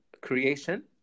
creation